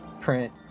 print